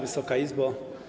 Wysoka Izbo!